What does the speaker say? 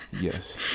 Yes